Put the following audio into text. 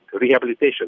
rehabilitation